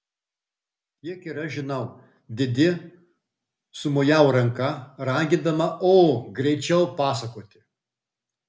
tiek ir aš žinau didi sumojavo ranka ragindama o greičiau pasakoti